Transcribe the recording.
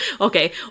Okay